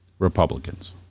Republicans